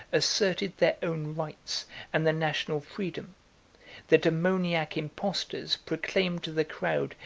asserted their own rights and the national freedom their daemoniac impostors proclaimed to the crowd,